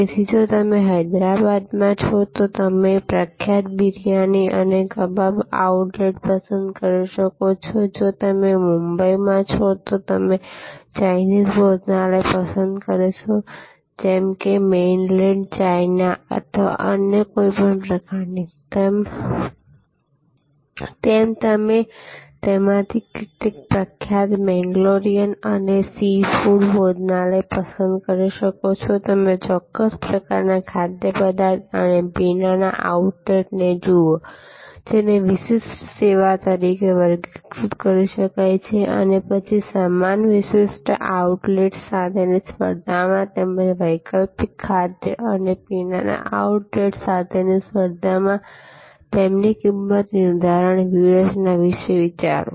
તેથી જો તમે હૈદરાબાદમાં છો તો તમે પ્રખ્યાત બિરયાની અને કબાબ આઉટલેટ પસંદ કરી શકો છો જો તમે મુંબઈમાં છો તો તમે ચાઇનીઝ ભોજનાલય પસંદ કરી શકો છો જેમ કે મેઇનલેન્ડ ચાઇના અથવા અન્ય કોઈપણ પ્રકારની તમે તેમાંથી કેટલીક પ્રખ્યાત મેંગ્લોરિયન અને સી ફૂડ ભોજનાલય પસંદ કરી શકો છો તમે ચોક્કસ પ્રકારના ખાદ્યપદાર્થ અને પીણાના આઉટલેટને જુઓ જેને વિશિષ્ટ સેવા તરીકે વર્ગીકૃત કરી શકાય અને પછી સમાન વિશિષ્ટ આઉટલેટ્સ સાથેની સ્પર્ધામાં તેમજ વૈકલ્પિક ખાદ્ય અને પીણાના આઉટલેટ્સ સાથેની સ્પર્ધામાં તેમની કિંમત નિર્ધારણ વ્યૂહરચના વિશે વિચારો